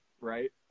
right